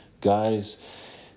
guys